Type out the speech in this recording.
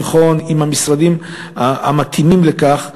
צריך לבחון עם המשרדים המתאימים לכך,